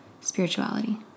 spirituality